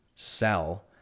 sell